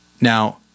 Now